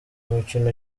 mukino